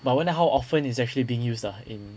but wonder how often it's actually being used lah in